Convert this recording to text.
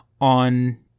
on